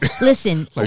listen